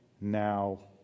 now